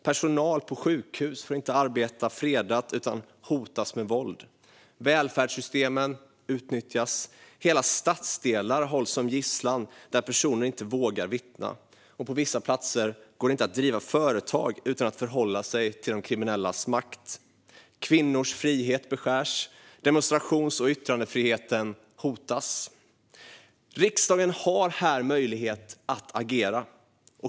Personalen på sjukhus får inte arbeta fredat utan hotas med våld. Välfärdssystemen utnyttjas. Hela stadsdelar hålls som gisslan, och personer där vågar inte vittna. På vissa platser går det inte att driva företag utan att förhålla sig till de kriminellas makt. Kvinnors frihet beskärs. Demonstrations och yttrandefriheten hotas. Riksdagen har möjlighet att agera.